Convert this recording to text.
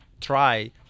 try